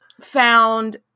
found